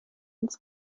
uns